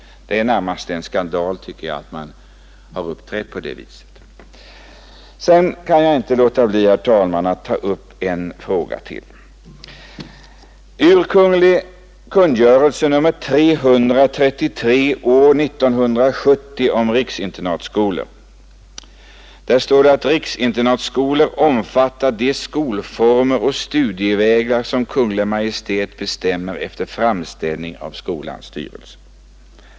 Det är närmast en skandal, tycker jag, att man har uppträtt på det viset. Jag kan inte låta bli, herr talman, att ta upp en fråga till. I kungl. kungörelsen nr 333 år 1970 om riksinternatskolor står det att riksinternatskola omfattar de skolformer och studievägar som Kungl. Maj:t bestämmer efter framställning av skolans styrelse.